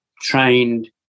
trained